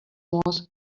was